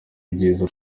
ibyiza